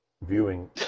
viewing